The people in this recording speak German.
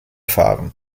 fahren